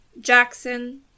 Jackson